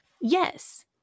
Yes